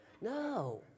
No